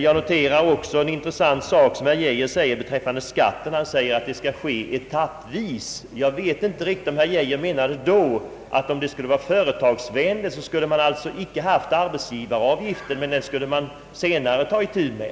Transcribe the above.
Jag noterar också en intressant sak som herr Geijer säger beträffande skatten. Han säger att det hela skulle ske etappvis. Jag vet inte om herr Geijer då menade att om det skulle vara företagsvänligt, skulle man alltså inte ha infört arbetsgivaravgiften. Men den skulle man senare ta itu med.